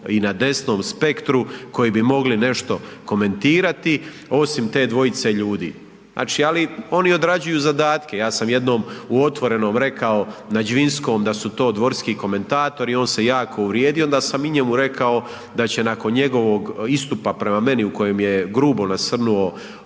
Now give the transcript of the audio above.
i na desnom spektru, koji bi mogli nešto komentirati osim te dvojice ljudi, znači ali oni odrađuju zadatke, ja sam jednom u Otvorenom rekao Nađvinskom da su to dvorski komentatori, on se jako uvrijedio i onda sam i njemu rekao da će nakon njegovog istupa prema meni u kojem je grubo nasrnuo